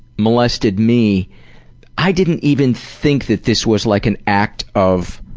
molested me i didn't even think that this was like an act of,